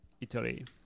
Italy